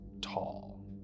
tall